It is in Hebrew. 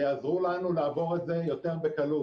ויעזרו לנו לעבור את זה יותר בקלות.